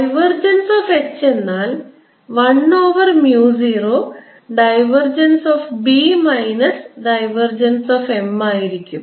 divergence of H എന്നാൽ 1 over mu 0 divergence of B minus divergence of M ആയിരിക്കും